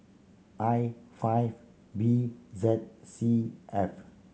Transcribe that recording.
I five B Z C F